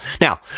Now